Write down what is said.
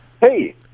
Hey